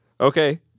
okay